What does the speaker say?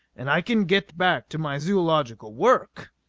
and i can get back to my zoological work.